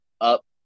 up